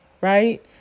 Right